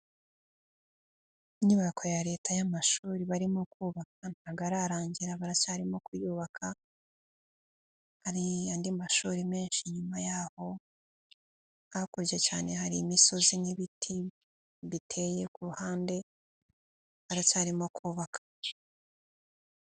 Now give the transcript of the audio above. Inyubako ya leta y'amashuri barimo kubaka ntabwo, arangira baracyarimo kuyubaka, hari andi mashuri menshi inyuma yaho, hakurya cyane hari imisozi n'ibiti, biteye ku ruhande, bacyarimo kubaka.